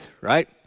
right